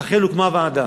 אכן, הוקמה הוועדה.